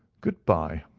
good-bye,